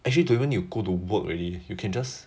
I actually don't even you go to work already you can just